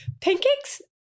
Pancakes